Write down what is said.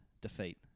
defeat